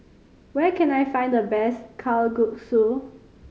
where can I find the best Kalguksu